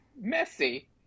messy